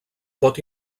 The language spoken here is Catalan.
pot